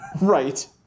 Right